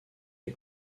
est